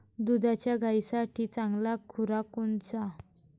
दुधाच्या गायीसाठी चांगला खुराक कोनचा?